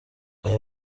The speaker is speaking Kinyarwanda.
aya